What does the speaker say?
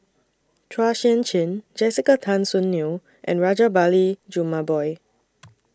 Chua Sian Chin Jessica Tan Soon Neo and Rajabali Jumabhoy